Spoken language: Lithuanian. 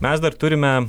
mes dar turime